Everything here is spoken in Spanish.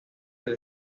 del